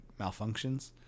malfunctions